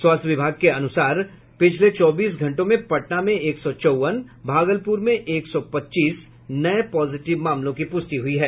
स्वास्थ्य विभाग के अनुसार पिछले चौबीस घंटों में पटना में एक सौ चौबन भागलपुर में एक सौ पच्चीस नये पॉजिटिव मामलों की प्रष्टि हुई है